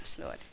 Lord